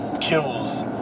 kills